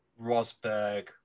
Rosberg